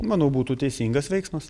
manau būtų teisingas veiksmas